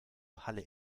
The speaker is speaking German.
halle